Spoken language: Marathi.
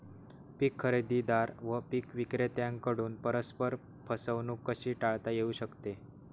पीक खरेदीदार व पीक विक्रेत्यांकडून परस्पर फसवणूक कशी टाळता येऊ शकते?